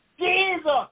Jesus